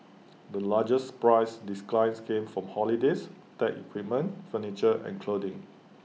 the largest price declines came for holidays tech equipment furniture and clothing